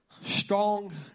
strong